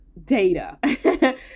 data